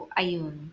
ayun